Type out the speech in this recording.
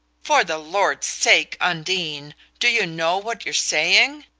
for the lord's sake. undine do you know what you're saying?